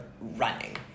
running